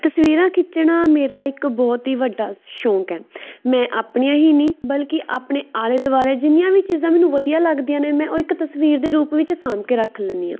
ਤਸਵੀਰਾਂ ਖਿੱਚਣਾ ਮੇਰਾ ਇੱਕ ਬਹੁਤ ਹੀ ਵੱਡਾ ਸ਼ੌਕ ਹੈ ਮੈਂ ਆਪਣੀਆਂ ਹੀ ਨਹੀਂ ਬਲਕਿ ਆਪਣੇ ਆਲੇ ਦੁਆਲੇ ਜਿੰਨੀਆਂ ਵੀ ਚੀਜ਼ਾਂ ਮੈਨੂੰ ਵਧੀਆ ਲੱਗਦੀਆਂ ਨੇ ਮੈਂ ਉਹ ਇੱਕ ਤਸਵੀਰ ਦੇ ਰੂਪ ਵਿੱਚ ਸਾਂਭ ਕੇ ਰੱਖ ਲੈਂਦੀ ਹਾਂ